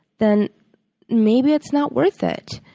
then maybe it's not worth it.